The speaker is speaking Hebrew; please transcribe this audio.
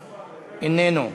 איננו,